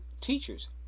teachers